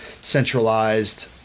centralized